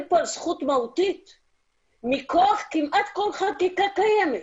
על זכות מהותית מכוח כמעט כל חקיקה קיימת.